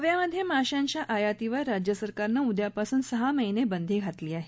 गोव्यामध्ये माशांच्या आयातीवर राज्यसरकारनं उद्यापासून सहा महिने बदी घातली घेतला आहे